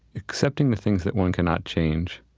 accepting the things that one cannot change,